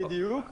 בדיוק.